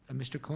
ah mr. colon,